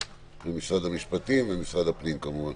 לשמוע את משרד המשפטים ואת משרד הפנים כמובן.